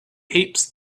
heaps